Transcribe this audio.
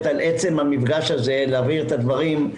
על עצם המפגש הזה להבהיר את הדברים.